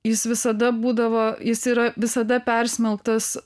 jis visada būdavo jis yra visada persmelktas